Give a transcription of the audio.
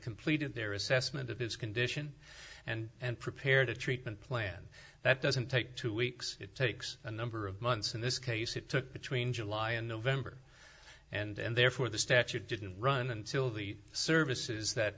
completed their assessment of his condition and and prepared a treatment plan that doesn't take two weeks it takes a number of months in this case it took between july and november and therefore the statute didn't run until the services that